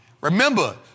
Remember